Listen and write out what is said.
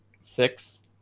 six